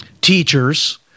teachers